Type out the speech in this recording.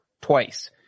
twice